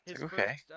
Okay